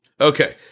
okay